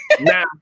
Now